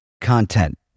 content